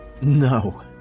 No